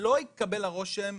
שלא יתקבל הרושם,